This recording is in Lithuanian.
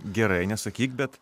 gerai nesakyk bet